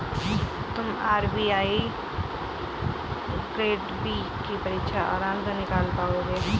तुम RBI grade B की परीक्षा आराम से निकाल पाओगे